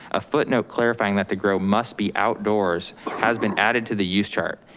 a footnote clarifying that the grill must be outdoors has been added to the use chart.